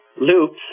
loops